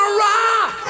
rock